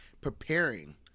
preparing